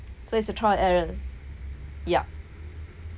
so it's a trial and error ya